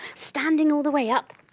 standing all the way up,